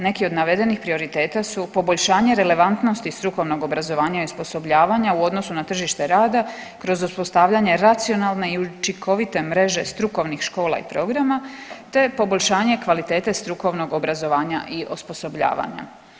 Neki od navedenih prioriteta su poboljšanje relevantnosti strukovnog obrazovanja i osposobljavanja u odnosu na tržište rada kroz uspostavljanje racionalne i učinkovite mreže strukovnih škola i programa, te poboljšanje kvalitete strukovnog obrazovanja i osposobljavanja.